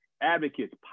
advocates